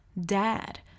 Dad